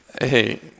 Hey